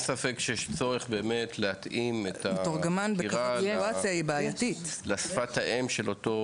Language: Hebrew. אין ספק שיש צורך באמת להתאים את החקירה לשפת האם של אותו